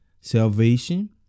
salvation